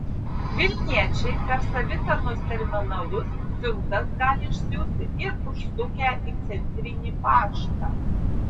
vilniečiai per savitarnos terminalus siuntas gali išsiųsti ir užsukę į centrinį paštą